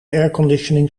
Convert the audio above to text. airconditioning